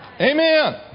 Amen